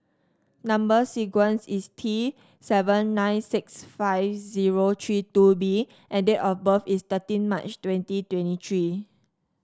number sequence is T seven nine six five zero three two B and date of birth is thirteen March twenty twenty three